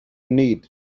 need